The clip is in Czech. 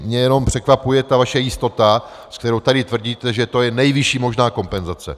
Jenom mě překvapuje vaše jistota, se kterou tady tvrdíte, že to je nejvyšší možná kompenzace.